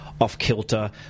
off-kilter